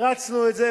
והרצנו את זה,